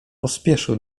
pospieszył